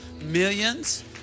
Millions